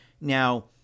Now